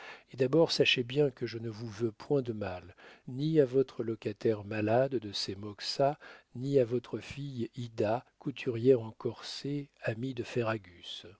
et d'abord sachez bien que je ne vous veux point de mal ni à votre locataire malade de ses moxas ni à votre fille ida couturière en corsets amie de ferragus